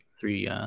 three